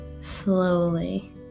slowly